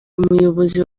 umuyobozi